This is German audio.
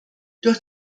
durch